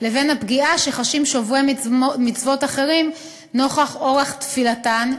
לבין הפגיעה שחשים שומרי מצוות אחרים נוכח אורח תפילתן.